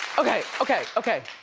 okay, okay, okay,